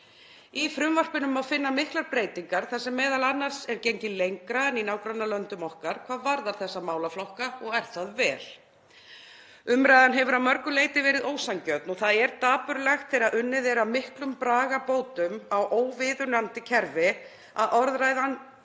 Í frumvarpinu má finna miklar breytingar þar sem m.a. er gengið lengra en í nágrannalöndum okkar hvað varðar þessa málaflokka og er það vel. Umræðan hefur að mörgu leyti verið ósanngjörn og það er dapurlegt þegar unnið er að mikilli bragarbót á óviðunandi kerfi að orðræðan